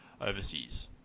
overseas